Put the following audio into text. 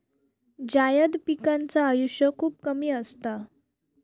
जायद पिकांचा आयुष्य खूप कमी असता